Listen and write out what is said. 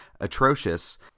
atrocious